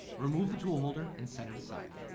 remove the tool holder and set it aside.